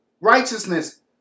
righteousness